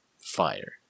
fire